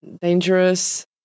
Dangerous